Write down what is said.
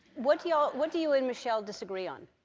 what do yeah what do you and michelle disagree on.